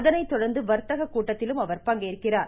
அதனை தொடர்ந்து வர்த்தக கூட்டத்திலும் அவர் பங்கேற்கிறார்